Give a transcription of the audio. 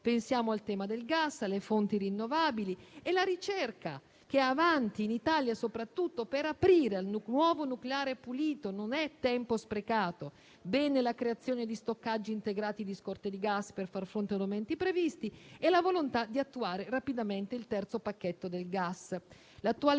Pensiamo al tema del gas e alle fonti rinnovabili. La ricerca, che è avanti in Italia, soprattutto per aprire al nuovo nucleare pulito, non è tempo sprecato. Bene la creazione di stoccaggi integrati di scorte di gas per far fronte ad aumenti imprevisti e la volontà di attuare rapidamente il terzo pacchetto del gas. L'attuale